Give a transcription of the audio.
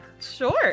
Sure